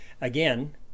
Again